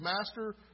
master